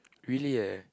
really eh